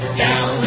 down